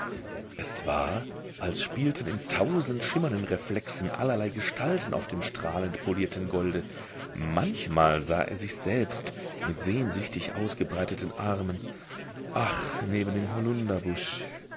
es war als spielten in tausend schimmernden reflexen allerlei gestalten auf dem strahlend polierten golde manchmal sah er sich selbst mit sehnsüchtig ausgebreiteten armen ach neben dem